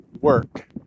work